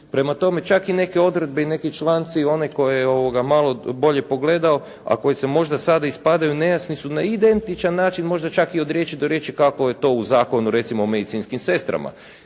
Prema tome, čak i neke odredbe i neki članci, onaj tko je malo bolje pogledao, a koji možda sada ispadaju nejasni su na identičan način, možda čak i od riječi do riječi kako je to u recimo Zakonu o medicinskim sestrama.